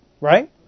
Right